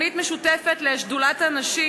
תוכנית משותפת לשדולת הנשים,